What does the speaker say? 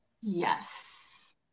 Yes